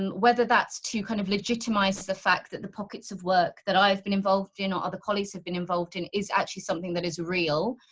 and whether that's too kind of legitimizes, the fact that the pockets of work that i've been involved in you know other colleagues have been involved in is actually something that is real.